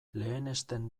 lehenesten